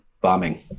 bombing